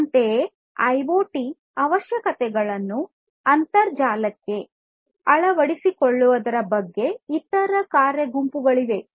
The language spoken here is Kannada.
ಅಂತೆಯೇ ಐಒಟಿ ಅವಶ್ಯಕತೆಗಳನ್ನು ಅಂತರ್ಜಾಲಕ್ಕೆ ಅಳವಡಿಸಿಕೊಳ್ಳುವ ಬಗ್ಗೆ ಮಾತನಾಡುವ ಇತರ ಕಾರ್ಯ ಗುಂಪುಗಳಿವೆ